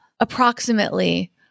approximately